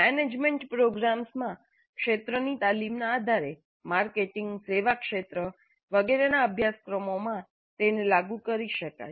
management પ્રોગ્રામ્સમાં ક્ષેત્રની તાલીમના આધારે માર્કેટિંગ સેવા ક્ષેત્ર વગેરેના અભ્યાસક્રમોમાં તેને લાગુ કરી શકાય